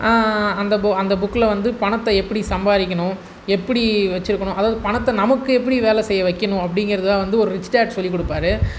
அந்த அந்த புக்கில் வந்து பணத்தை எப்படி சம்பாதிக்கணும் எப்படி வச்சுருக்கணும் அதாவது பணத்தை நமக்கு எப்படி வேலை செய்ய வைக்கணும் அப்படிங்கிறது தான் வந்து ஒரு ரிச் டாட் சொல்லிக் கொடுப்பாரு